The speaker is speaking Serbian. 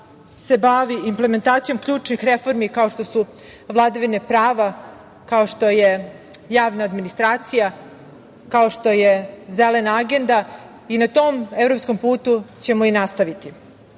se bavi implementacijom ključnih reformi kao što je vladavina prava, kao što je javna administracija, kao što je zelena agenda i na tom evropskom putu ćemo i nastaviti.Za